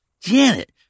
Janet